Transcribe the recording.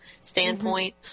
standpoint